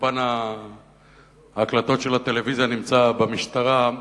אולפן ההקלטות של הטלוויזיה נמצא במשטרה.